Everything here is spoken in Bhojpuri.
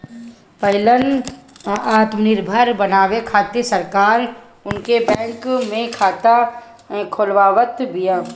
महिलन आत्मनिर्भर बनावे खातिर सरकार उनकर बैंक में खाता खोलवावत बिया